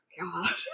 god